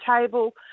table